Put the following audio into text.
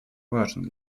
важен